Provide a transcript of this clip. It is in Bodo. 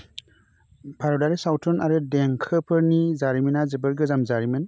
भारतारि सावथुन आरो देंखोफोरनि जारिमिना जोबोद गोजाम जारिमिन